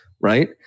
right